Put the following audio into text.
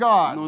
God